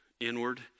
inward